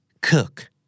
Cook